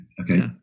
Okay